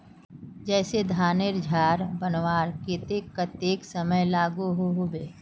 जैसे धानेर झार बनवार केते कतेक समय लागोहो होबे?